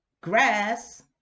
grass